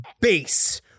base